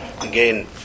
again